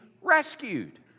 rescued